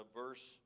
verse